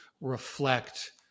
reflect